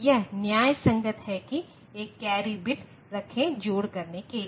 यह न्यायसंगत है की एक कैरी बिट रखे जोड़ करने के लिए